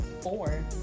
four